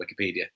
Wikipedia